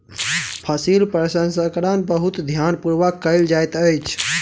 फसील प्रसंस्करण बहुत ध्यान पूर्वक कयल जाइत अछि